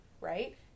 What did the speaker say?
right